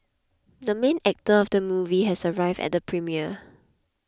the main actor of the movie has arrived at the premiere